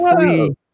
three